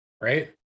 right